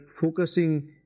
focusing